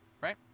right